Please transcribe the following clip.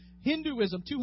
Hinduism